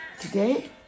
Today